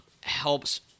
helps